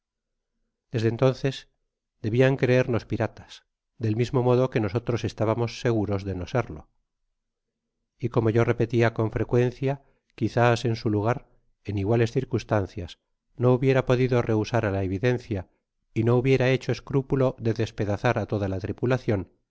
desde entonces debian creernos piratas del mismo modo que nosotros estabamos seguros de no serlo y como yo repetia con frecuencia quizás en su lugar en iguales circunstancias no hubiera podido rehusar á la evidencia y no hubiera hecho escrúpulo de despedazar á toda la tripulacion